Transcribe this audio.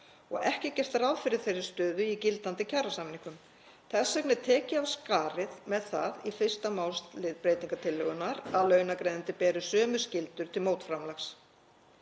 og ekki er gert ráð fyrir þeirri stöðu í gildandi kjarasamningum. Þess vegna er tekið af skarið með það í fyrsta málslið breytingartillögunnar að launagreiðandi beri sömu skyldur til mótframlags.